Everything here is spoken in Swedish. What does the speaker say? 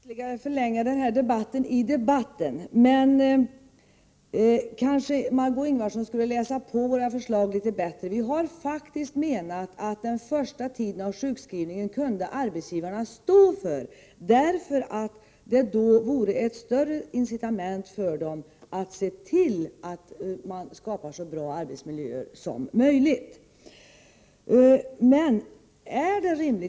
Herr talman! Vi skall inte ytterligare förlänga denna debatt i debatten, men Margö Ingvardsson kanske borde läsa på våra förslag litet bättre. Vi moderater har faktiskt menat att arbetsgivarna kunde stå för den första tiden av sjukskrivningen, då det vore ett större incitament för dem att se till att skapa så bra arbetsmiljöer som möjligt.